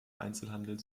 einzelhandel